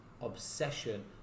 obsession